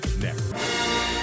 next